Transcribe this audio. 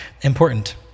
important